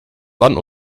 dann